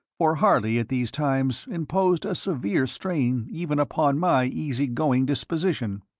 for harley at these times imposed a severe strain even upon my easy-going disposition.